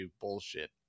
bullshit